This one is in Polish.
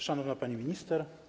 Szanowna Pani Minister!